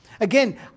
Again